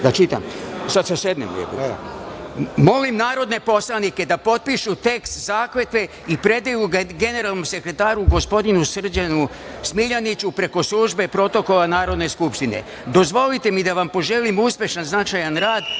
SRBIJE, ISTINI I PRAVDI.“Molim narodne poslanike da potpišu tekst zakletve i predaju ga generalnom sekretaru, gospodinu Srđanu Smiljaniću, preko Službe protokola Narodne skupštine. Dozvolite mi da vam poželim uspešan zajednički